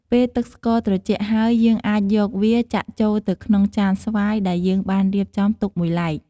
ពេលទឹកស្ករត្រជាក់ហើយ យើងអាចយកវាចាក់ចូលទៅក្នុងចានស្វាយដែលយើងបានរៀបចំទុកមួយឡែក។